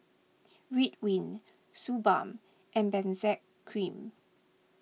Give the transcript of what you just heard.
Ridwind Suu Balm and Benzac Cream